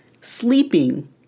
Sleeping